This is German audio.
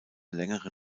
längere